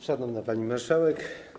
Szanowna Pani Marszałek!